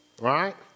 right